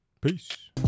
Peace